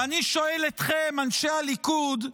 ואני שואל אתכם, אנשי הליכוד,